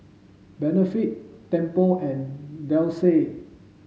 Benefit Temple and Delsey